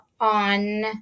on